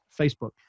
Facebook